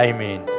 Amen